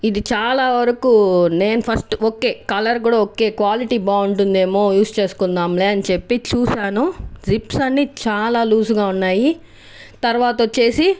ఇది చాలా వరకు నేను ఫస్ట్ ఓకే కలర్ కూడా ఓకే క్వాలిటీ బాగుంటుంది ఏమో యూజ్ చేసుకుందాంలే అని చెప్పి చూసాను జిప్స్ అన్నీ చాలా లూజుగా ఉన్నాయి తర్వాత వచ్చేసి